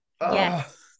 Yes